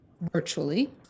virtually